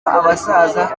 abasaza